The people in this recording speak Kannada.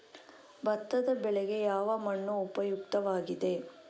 ಭತ್ತದ ಬೆಳೆಗೆ ಯಾವ ಮಣ್ಣು ಉಪಯುಕ್ತವಾಗಿದೆ?